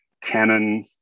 Canon